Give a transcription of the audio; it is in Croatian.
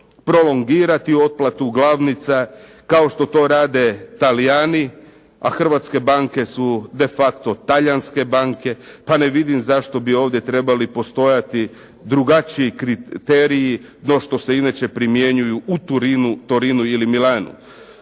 prolongirati otplatu glavnica kao što to rade Talijani, a hrvatske banke su de facto talijanske banke, pa ne vidim zašto bi ovdje trebali postojati drugačiji kriteriji no što se inače primjenjuju u Torinu ili Milanu.